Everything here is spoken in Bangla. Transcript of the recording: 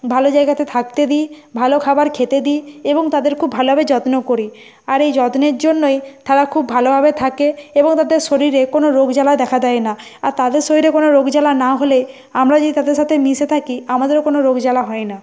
ভালো জায়গাতে থাকতে দিই ভালো খাবার খেতে দিই এবং তাদের খুব ভালোভাবে যত্ন করি আর এই যত্নের জন্যই তারা খুব ভালোভাবে থাকে এবং তাদের শরীরে কোনো রোগ জ্বালা দেখা দেয় না আর তাদের শরীরে কোনো রোগ জ্বালা না হলে আমরা যদি তাদের সাথে মিশে থাকি আমাদেরও কোনো রোগ জ্বালা হয় না